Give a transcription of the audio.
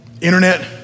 internet